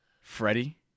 Freddie